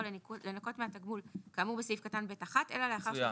לנכות מהתגמול כאמור בסעיף קטן (ב)(1)